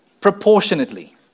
proportionately